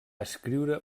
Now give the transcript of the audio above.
escriure